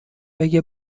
بگه